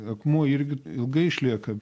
akmuo irgi ilgai išlieka